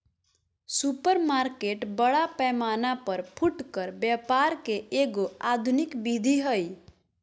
supermarket बड़ा पैमाना पर फुटकर व्यापार के एगो आधुनिक विधि हइ